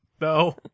No